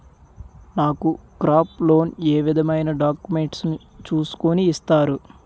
నాకు crop loan ఏ విధమైన డాక్యుమెంట్స్ ను చూస్కుని ఇస్తారు?